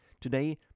Today